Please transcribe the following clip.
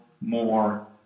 more